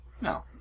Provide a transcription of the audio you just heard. No